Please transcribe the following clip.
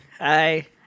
Hi